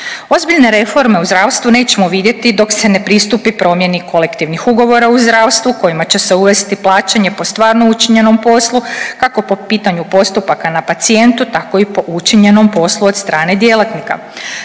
Ozbiljne reforme u zdravstvu nećemo vidjeti dok se ne pristupi promjeni kolektivnih ugovora u zdravstvu kojima će se uvesti plaćanje po stvarno učinjenom poslu kako po pitanju postupaka na pacijentu, tako i po učinjenom poslu od strane djelatnika.